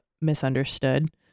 misunderstood